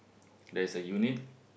there's a unit